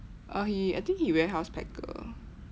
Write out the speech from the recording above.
uh he I think he warehouse packer